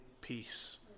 peace